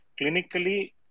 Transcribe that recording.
clinically